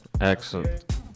Excellent